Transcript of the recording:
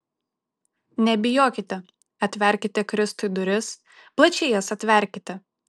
nebijokite atverkite kristui duris plačiai jas atverkite